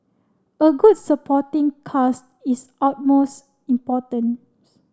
a good supporting cast is utmost importance